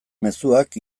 mezuak